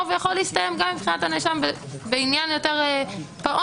ויכול להסתיים גם מבחינת הנאשם בעניין יותר פעוט,